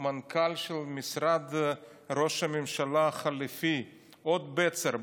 מנכ"ל של משרד ראש הממשלה החליפי הוד בצר.